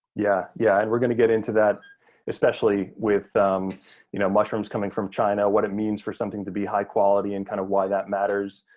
yeah, yeah, and we're gonna get into that especially with um you know mushrooms coming from china, what it means for something to be high quality, and kind of why that matters,